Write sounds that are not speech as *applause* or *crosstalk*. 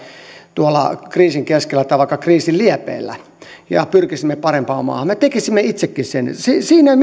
tuolla kriisin keskellä tai vaikka kriisin liepeillä pyrkisimme parempaan maahan me tekisimme itsekin sen siinä ei *unintelligible*